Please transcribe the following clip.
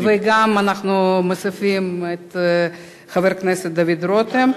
ואנחנו מוסיפים את חבר הכנסת דוד רותם.